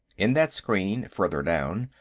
in that screen, farther down,